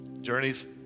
Journeys